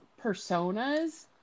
personas